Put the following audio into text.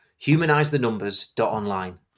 humanisethenumbers.online